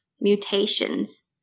mutations